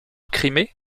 crimée